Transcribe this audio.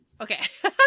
okay